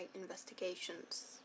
investigations